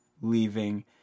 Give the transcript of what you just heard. leaving